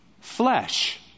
flesh